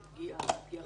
יכול לספר שלא ראה, לא שמע.